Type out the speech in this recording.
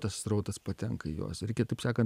tas srautas patenka į juos reikia taip sakant